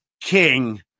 King